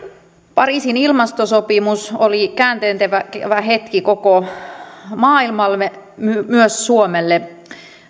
pariisin ilmastosopimus oli käänteentekevä hetki koko maailmalle myös suomelle